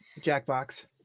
Jackbox